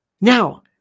Now